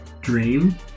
Dream